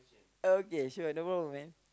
okay sure no problem man